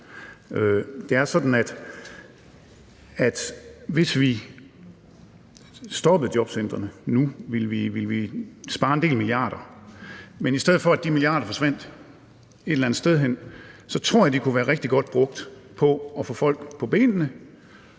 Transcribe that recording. hvis vi lukkede jobcentrene nu, ville vi spare en del milliarder, men i stedet for at de milliarder forsvandt et eller andet sted hen, så tror jeg, de kunne være rigtig godt brugt på at få folk på benene.